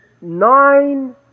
nine